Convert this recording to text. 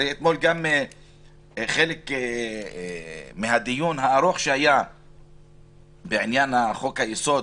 הרי אתמול חלק מהדיון הארוך שהיה בעניין חוק היסוד